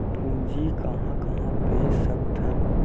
पूंजी कहां कहा भेज सकथन?